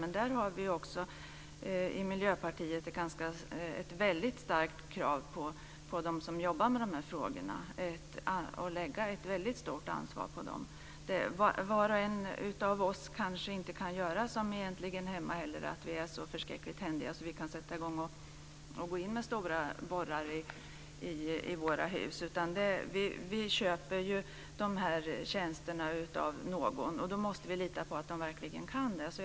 Men vi har i Miljöpartiet ett väldigt starkt krav på dem som jobbar med de här frågorna. Vi lägger ett väldigt stort ansvar på dem. Var och en av oss kanske inte kan göra som i Äntligen hemma. Vi är kanske inte så förskräckligt händiga att vi kan gå in med stora borrar i våra hus, utan vi köper de här tjänsterna av någon. Då måste vi lita på att den personen verkligen kan detta.